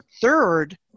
Third